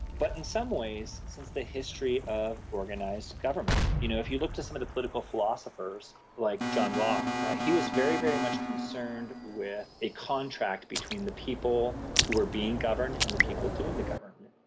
but in some ways since the history of organised government. you know if you look to some of the political philosophers like john locke, he was very, very much concerned with a contract between the people who were being governed and the people doing the governing.